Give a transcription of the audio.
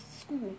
school